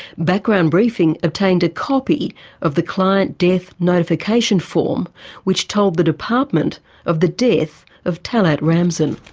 background briefing obtained a copy of the client death notification form which told the department of the death of talet ramzan.